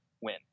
win